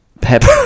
Pepper